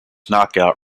knockout